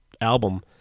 album